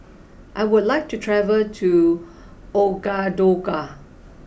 I would like to travel to Ouagadougou